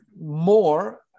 more